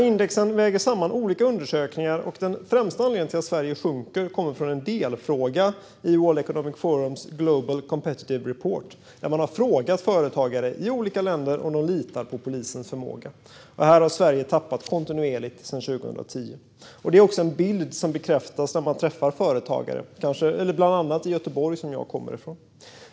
Indexen väger samman olika undersökningar, och den främsta anledningen till att Sverige sjunker är en delfråga i World Economic Forums Global Competitiveness Report. Man har frågat företagare i olika länder om de litar på polisens förmåga, och här har Sverige tappat kontinuerligt sedan 2010. Det är också en bild som bekräftas när man träffar företagare, bland annat i Göteborg som jag kommer från.